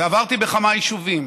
ועברתי בכמה יישובים